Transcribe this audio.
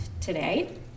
today